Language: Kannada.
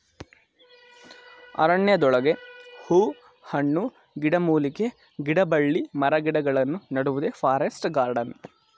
ಅರಣ್ಯದೊಳಗೆ ಹೂ ಹಣ್ಣು, ಗಿಡಮೂಲಿಕೆ, ಗಿಡಬಳ್ಳಿ ಮರಗಿಡಗಳನ್ನು ನೆಡುವುದೇ ಫಾರೆಸ್ಟ್ ಗಾರ್ಡನ್